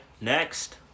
next